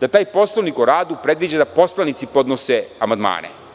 da taj Poslovnik o radu predviđa da poslanici podnose amandmane.